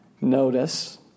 notice